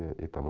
it but